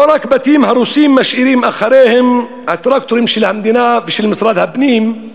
לא רק בתים הרוסים משאירים אחריהם הטרקטורים של המדינה ושל משרד הפנים,